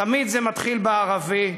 תמיד זה מתחיל בערבי.